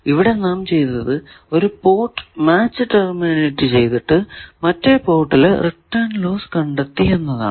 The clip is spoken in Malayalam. ഇവിടെ നാം ചെയ്തതത് ഒരു പോർട്ട് മാച്ച് ടെർമിനേറ്റ് ചെയ്തിട്ട് മറ്റേ പോർട്ടിലെ റിട്ടേൺ ലോസ് കണ്ടെത്തി എന്നതാണ്